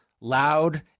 loud